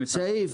מספיק.